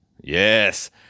Yes